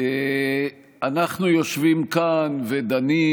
אנחנו יושבים כאן ודנים,